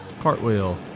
Cartwheel